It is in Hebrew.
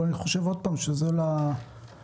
אבל אני חושב שזה שייך לתקנות.